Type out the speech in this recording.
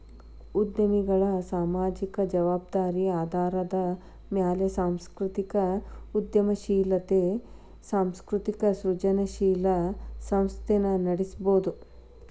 ಉದ್ಯಮಿಗಳ ಸಾಮಾಜಿಕ ಜವಾಬ್ದಾರಿ ಆಧಾರದ ಮ್ಯಾಲೆ ಸಾಂಸ್ಕೃತಿಕ ಉದ್ಯಮಶೇಲತೆ ಸಾಂಸ್ಕೃತಿಕ ಸೃಜನಶೇಲ ಸಂಸ್ಥೆನ ನಡಸಬೋದು